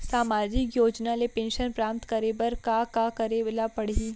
सामाजिक योजना ले पेंशन प्राप्त करे बर का का करे ल पड़ही?